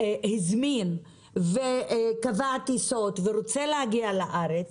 הזמין וקבע טיסות ורוצה להגיע לארץ,